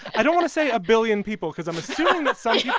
i don't want to say a billion people because i'm assuming that so yeah